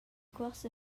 cuorsa